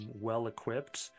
well-equipped